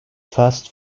fast